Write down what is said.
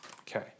Okay